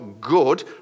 good